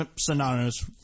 synonymous